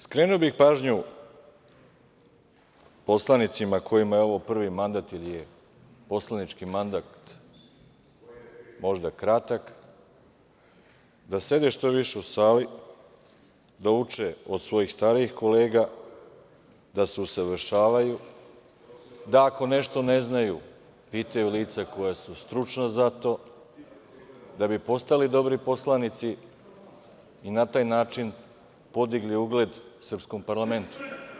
Skrenuo bih pažnju poslanicima kojima je ovo prvi mandat, poslanički mandat je možda kratak, da sede što više u sali, da uče od svojih starijih kolega, da se usavršavaju, da ako nešto ne znaju, pitaju lica koja su stručna za to, da bi postali dobri poslanici i na taj način podigli ugled srpskog parlamenta.